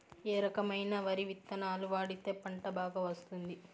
ఏ రకమైన వరి విత్తనాలు వాడితే పంట బాగా వస్తుంది?